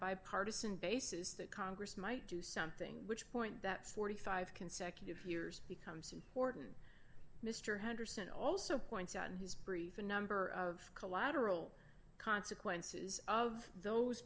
bipartisan basis that congress might do something which point that forty five consecutive years becomes important mr henderson also points out in his brief a number of collateral consequences of those